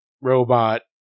robot